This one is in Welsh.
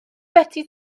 beti